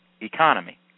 economy